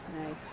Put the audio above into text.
Nice